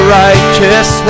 righteous